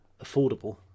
affordable